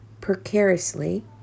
precariously